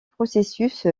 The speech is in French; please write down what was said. processus